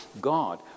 God